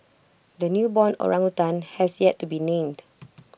the newborn orangutan has yet to be named